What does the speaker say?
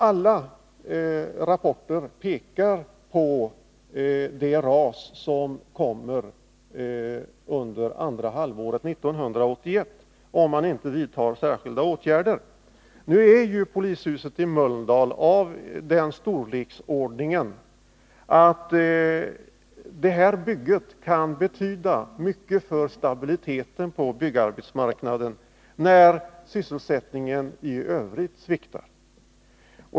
Alla rapporter pekar på det ras som kommer under andra halvåret 1981, om man inte vidtar särskilda åtgärder. Polishuset i Mölndal är av den storleksordningen att det bygget kan betyda mycket för stabiliteten på byggarbetsmarknaden, när sysselsättningen i övrigt sviktar.